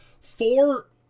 Four